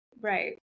right